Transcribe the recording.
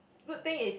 good thing is